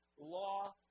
law